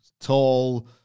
Tall